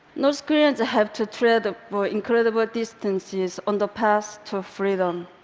north koreans have to travel incredible distances on the path to freedom.